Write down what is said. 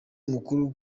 mukuru